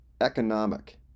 economic